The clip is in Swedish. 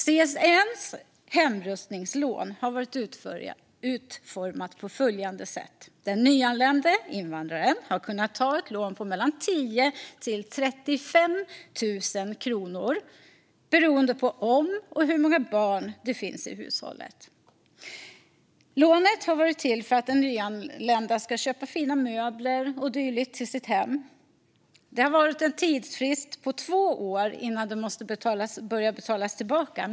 CSN:s hemutrustningslån har varit utformat på följande sätt: Den nyanlände invandraren har kunnat ta ett lån på 10 000-35 000 kronor, beroende på om och i så fall hur många barn det finns i hushållet. Lånet har varit till för att den nyanlände ska köpa nya fina möbler och dylikt till sitt hem. Det har en tidsfrist på två år innan det måste börja betalas tillbaka.